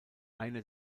einer